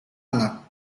anak